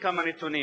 כמה נתונים.